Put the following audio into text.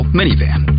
minivan